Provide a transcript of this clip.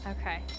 Okay